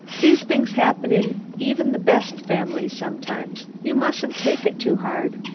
these things happen in even the best families sometimes. you mustn't take it too hard.